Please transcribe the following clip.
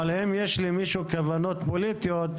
אבל אם יש למישהו כוונות פוליטיות,